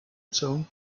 tone